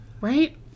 Right